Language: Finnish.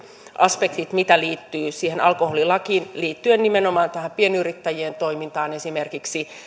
aspektit mitkä liittyvät siihen alkoholilakiin liittyen nimenomaan esimerkiksi tähän pienyrittäjien toimintaan